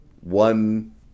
one